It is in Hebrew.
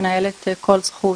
אני מנהלת 'כל זכות',